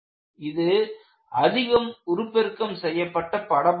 இது அதிகம் உருப்பெருக்கம் செய்யப்பட்ட படமாகும்